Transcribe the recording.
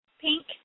pink